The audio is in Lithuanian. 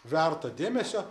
verta dėmesio